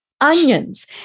onions